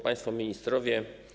Państwo Ministrowie!